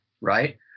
right